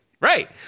Right